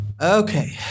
okay